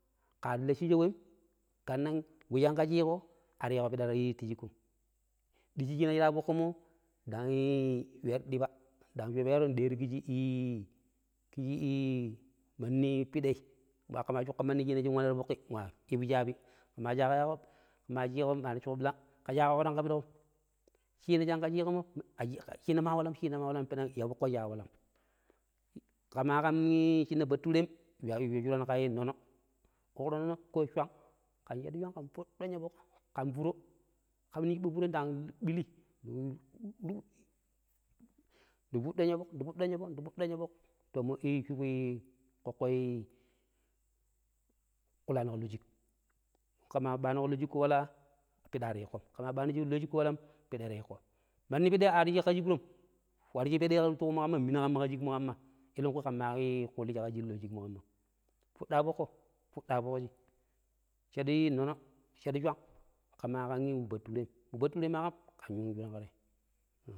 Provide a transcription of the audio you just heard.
﻿Ka ta lecchuco wem, ƙamma we shinƙa chiƙo a ta yiƙo piɗa ti shiƙƙom, ɗicci shi ta foƙƙomo ndang yuweroi ɗipa ndang shobero yuwero ƙisshii ƙisshi iimanni piɗai ti bi shabi ma shaƙo yaƙo ma necchuƙo ɓirang ƙe sha yaƙoƙo tanƙo pedƙo chinai shanƙa chiƙommoi chinai a waalam chinammo a walam peneg ya foƙƙo shi a walam kuma ƙam ƙan shinna baturem ƙen yu shuran ka nono, uƙƙo nono peneg patton cswang kan fuɗɗon ya foƙƙo ƙa furo ƙam ning shiɓɓa furo nda ɓili ndi fuɗɗon ya foƙndi fuɗɗon ya foƙ ndi fuɗɗon ya foƙ peneg mommo shupu ƙoƙƙoi kulani ƙa lo shiƙ ƙema ɓanuƙo lo shiƙƙo wala piɗa ar iƙƙom manni pidi a riji ƙa shiƙrom warji ƙa piɗai minu ƙamma kashiƙmu ƙamma elenƙu ƙamma a ƙulji ƙa shiƙmu ƙammam, fuɗɗo ya foƙ ya foƙƙo ya foƙ shaɗu cshwag shaɗu nonoo ƙema ƙema ƙa we baturenm, wo bature ma ƙam ƙen yun shuran ƙa te.